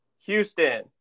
Houston